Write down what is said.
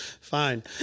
fine